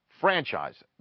franchise